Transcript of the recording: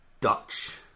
Dutch